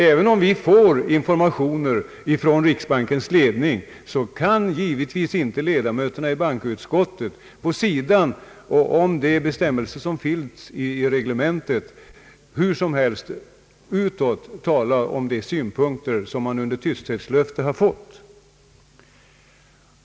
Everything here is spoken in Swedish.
även om bankoutskottets medlemmar får informationer från riksbankens ledning kan givetvis inte ledamöterna vid sidan om de bestämmelser som finns i reglementet hur som helst utåt tala om de synpunkter som de har fått under tysthetslöfte.